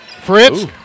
Fritz